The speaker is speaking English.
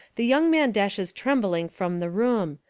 the young man dashes trembling from the room.